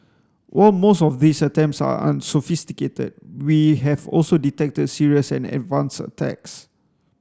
while most of these attempts are unsophisticated we have also detected serious and advanced attacks